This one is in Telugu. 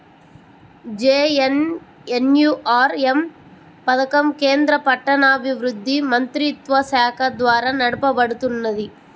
జేఎన్ఎన్యూఆర్ఎమ్ పథకం కేంద్ర పట్టణాభివృద్ధి మంత్రిత్వశాఖ ద్వారా నడపబడుతున్నది